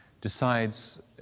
Decides